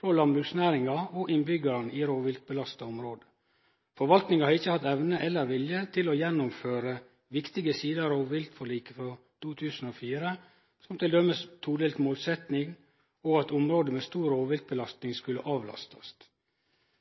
frå landbruksnæringa og innbyggjarane i rovviltbelasta område. Forvaltninga har ikkje hatt evne eller vilje til å gjennomføre viktige sider av rovviltforliket frå 2004, som t.d. todelt målsetjing, og at område med stor rovviltbelastning skulle avlastast.